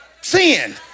sin